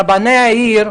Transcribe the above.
רבני ערים,